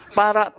para